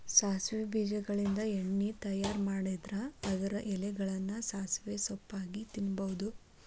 ಸಾಸವಿ ಬೇಜಗಳಿಂದ ಎಣ್ಣೆ ತಯಾರ್ ಮಾಡಿದ್ರ ಅದರ ಎಲೆಗಳನ್ನ ಸಾಸಿವೆ ಸೊಪ್ಪಾಗಿ ತಿನ್ನಬಹುದು